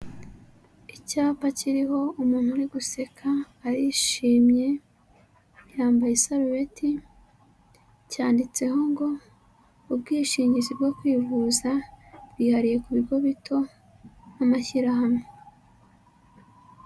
Icyapa kiriho umuntu uri guseka, arishimye, yambaye isarubeti, cyanditseho ngo ubwishingizi bwo kwivuza yihariye ku bigo bito n'amashyirahamwe.